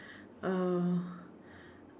uh